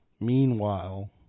Meanwhile